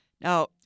Now